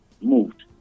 moved